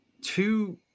two